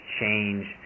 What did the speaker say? change